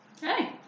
Hey